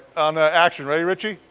on action. ready richie?